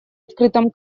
открытом